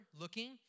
looking